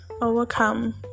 overcome